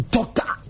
Doctor